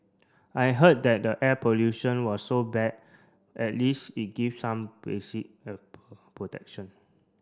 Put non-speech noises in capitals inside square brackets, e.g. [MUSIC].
I heard that the air pollution was so bad at least it give some basic [UNINTELLIGIBLE] protection